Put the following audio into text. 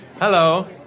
Hello